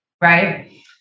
right